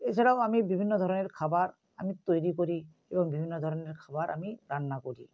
এছাড়াও আমি বিভিন্ন ধরনের খাবার আমি তৈরি করি এবং বিভিন্ন ধরনের খাবার আমি রান্না করি